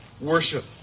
worship